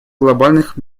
глобальных